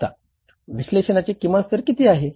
आता विश्लेषणाचे किमान स्तर किती आहे